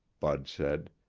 bud said.